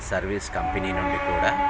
service company నుండి కూడా